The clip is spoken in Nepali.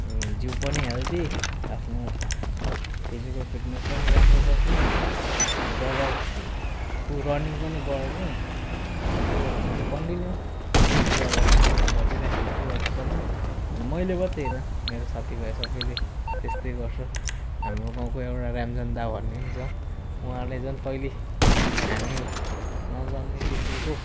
अनि जिउ पनि हेल्दी आफ्नो फिजिकल फिट्नेस पनि राम्रो बस्ने अनि दगडको रनिङ पनि बढ्ने अनि त्यही भएर म चाहिँ कन्टिन्यू यै कुरालाई कन्टिन्यू गरिराखेको छु अझसम्म अनि मैले मात्रै होइन मेरो साथीभाइ सबैले त्यस्तै गर्छ हाम्रो गाउँको एउटा ऱ्यामजन दा भन्ने नि छ वहाँले झन् पहिला हामी नजन्मेदेखिको